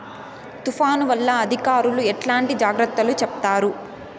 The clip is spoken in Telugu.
తుఫాను వల్ల అధికారులు ఎట్లాంటి జాగ్రత్తలు చెప్తారు?